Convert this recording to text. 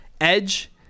Edge